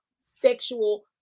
sexual